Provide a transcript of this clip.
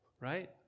right